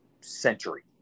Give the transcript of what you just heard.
century